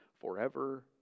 forever